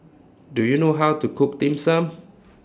Do YOU know How to Cook Dim Sum